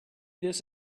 this